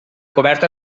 coberta